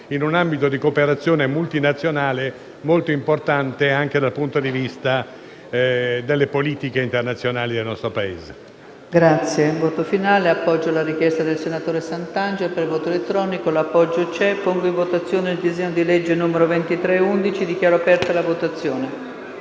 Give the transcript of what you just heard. in un ambito di cooperazione multinazionale molto importante, anche dal punto di vista delle politiche internazionali del nostre Paese.